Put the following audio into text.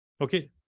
Okay